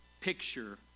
picture